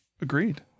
agreed